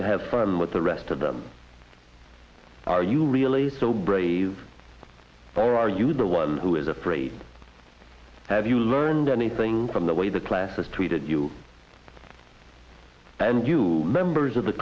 to have fun with the rest of them are you really so brave or are you the one who is afraid have you learned anything from the way the classes treated you and you members of the